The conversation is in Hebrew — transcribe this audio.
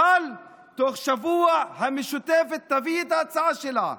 אבל תוך שבוע המשותפת תביא את ההצעה שלה,